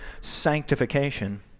sanctification